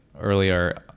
earlier